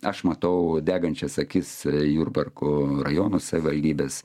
aš matau degančias akis jurbarko rajono savivaldybės